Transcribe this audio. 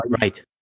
right